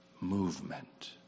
movement